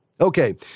Okay